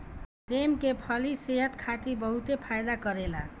सेम के फली सेहत खातिर बहुते फायदा करेला